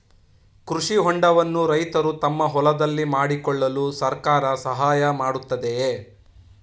ಕೃಷಿ ಹೊಂಡವನ್ನು ರೈತರು ತಮ್ಮ ಹೊಲದಲ್ಲಿ ಮಾಡಿಕೊಳ್ಳಲು ಸರ್ಕಾರ ಸಹಾಯ ಮಾಡುತ್ತಿದೆಯೇ?